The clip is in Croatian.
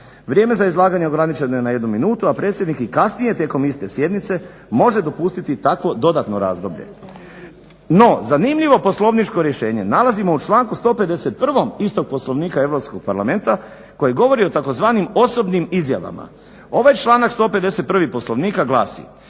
Vrijeme za izlaganje ograničeno je na jednu minutu, a predsjednik i kasnije tijekom iste sjednice može dopustiti takvo dodatno razdoblje. No, zanimljivo poslovničko rješenje nalazimo u članku 151. istog Poslovnika EU parlamenta koji govori o tzv. osobnim izjavama. Ovaj članak 151. Poslovnika glasi: